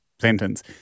sentence